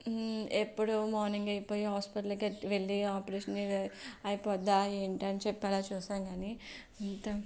ఎప్పుడో మార్నింగ్ అయిపోయి హాస్పిటల్కి వెళ్ళి ఆపరేషన్ అయిపోద్దా ఏంటని చెప్పి అలా చూసాము కానీ అంతా